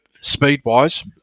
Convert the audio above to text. speed-wise